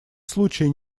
случае